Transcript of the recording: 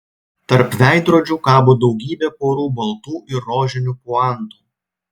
tarp veidrodžių kabo daugybė porų baltų ir rožinių puantų